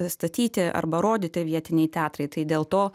statyti arba rodyti vietiniai teatrai tai dėl to